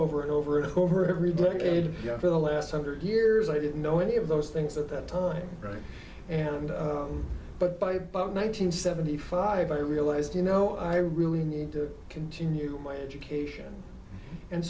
over and over and over every decade for the last hundred years i didn't know any of those things at that time right and but by about nine hundred seventy five i realized you know i really need to continue my education and